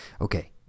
Okay